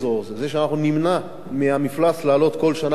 בזה שאנחנו נמנע מהמפלס לעלות כל שנה ב-20